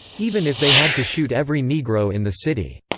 even if they had to shoot every negro in the city.